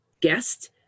guest